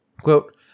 Quote